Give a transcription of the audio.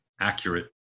accurate